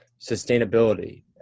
sustainability